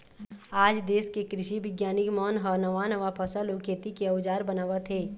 आज देश के कृषि बिग्यानिक मन ह नवा नवा फसल अउ खेती के अउजार बनावत हे